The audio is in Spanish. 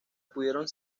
pudieron